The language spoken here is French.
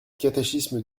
catéchisme